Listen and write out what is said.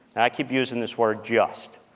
i keep using this word just.